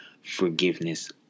forgiveness